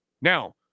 Now